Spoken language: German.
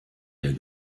der